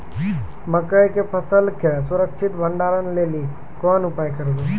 मकई के फसल के सुरक्षित भंडारण लेली कोंन उपाय करबै?